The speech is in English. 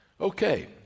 Okay